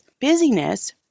busyness